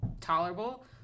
tolerable